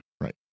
Right